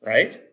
Right